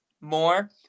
more